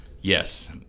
Yes